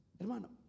Hermano